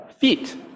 feet